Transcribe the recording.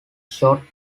shot